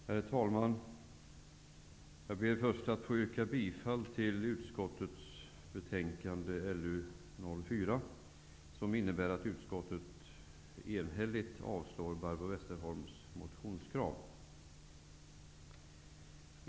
Herr talman! Jag vill först be att få yrka bifall till utskottets hemställan i betänkande LU4, som innebär att utskottet enhälligt avslår Barbro Westerholms motionskrav.